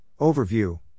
Overview